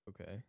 Okay